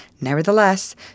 Nevertheless